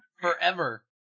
forever